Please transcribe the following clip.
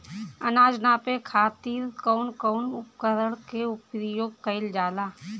अनाज नापे खातीर कउन कउन उपकरण के प्रयोग कइल जाला?